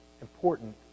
important